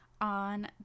on